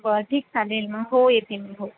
बरं ठीक चालेल मग हो येते मी हो